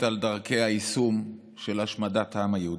על דרכי היישום של השמדת העם היהודי: